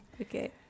Okay